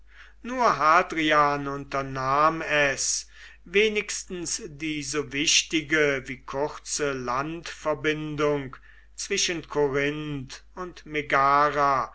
nur hadrian unternahm es wenigstens die so wichtige wie kurze landverbindung zwischen korinth und megara